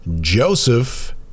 Joseph